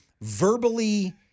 verbally